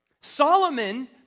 Solomon